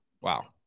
Wow